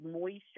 moisture